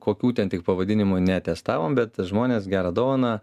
kokių ten tik pavadinimų netestavom bet žmonės gerą dovaną